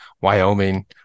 Wyoming